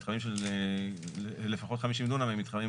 מתחמים של לפחות 50 דונם הם מתחמים